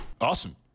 awesome